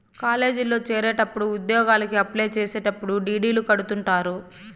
కాలేజీల్లో చేరేటప్పుడు ఉద్యోగలకి అప్లై చేసేటప్పుడు డీ.డీ.లు కడుతుంటారు